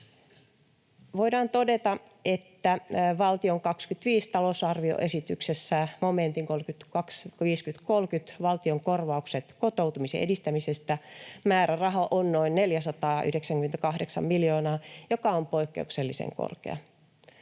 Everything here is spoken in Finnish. Voidaan todeta, että valtion vuoden 25 talousarvioesityksessä momentin 32.50.30, valtion korvaukset kotoutumisen edistämisestä, määräraha on noin 498 miljoonaa, joka on poikkeuksellisen korkea.